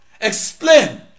explain